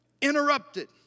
Interrupted